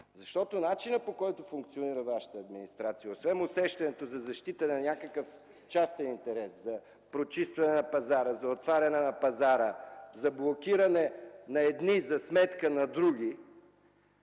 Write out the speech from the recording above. Начинът, по който функционира Вашата администрация, освен усещането за защита на някакъв частен интерес – за прочистване на пазара, за отваряне на пазара, за блокиране на едни за сметка на други,